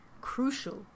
crucial